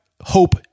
hope